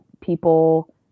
people